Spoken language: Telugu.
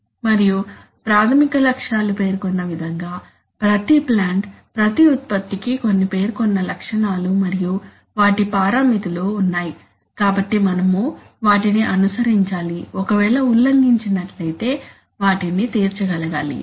మరియు ప్రాథమిక లక్ష్యాలు పేర్కొన్న విధంగా ప్రతి ప్లాంట్ ప్రతి ఉత్పత్తికి కొన్ని పేర్కొన్న లక్షణాలు మరియు వాటి పరిమితులు ఉన్నాయి కాబట్టి మనము వాటిని అనుసరించాలి ఒకవేళ ఉల్లంగించినట్లైతే వాటిని తీర్చగలగాలి